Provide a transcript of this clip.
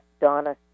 Donna